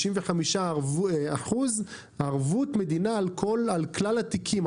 65% ערבות מדינה על כלל התיקים,